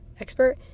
expert